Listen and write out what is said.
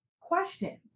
questions